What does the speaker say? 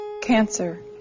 Cancer